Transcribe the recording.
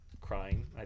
crying